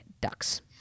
Ducks